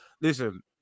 Listen